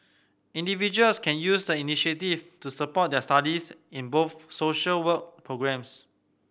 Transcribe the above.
individuals can use the initiative to support their studies in both social work programmes